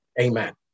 Amen